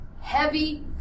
heavy